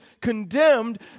condemned